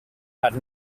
had